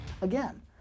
again